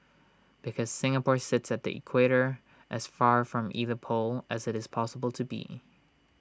because Singapore sits at the equator as far from either pole as IT is possible to be